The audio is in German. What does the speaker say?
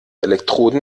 elektroden